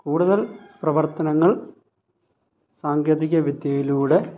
കൂടുതൽ പ്രവർത്തനങ്ങൾ സാങ്കേതിക വിദ്യയിലൂടെ